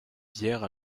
bière